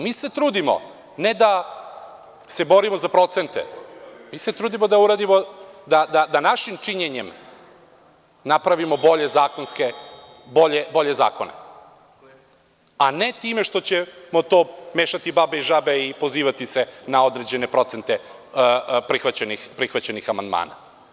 Mi se trudimo, ne da se borimo za procente, mi se trudimo da našim činjenjem napravimo bolje zakone, a ne time što ćemo mešati babe i žabe i pozivati se na određene procente prihvaćenih amandmana.